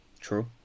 true